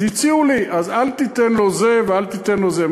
אז הציעו לי: אז אל תיתן לו זה, ואל תיתן לו זה.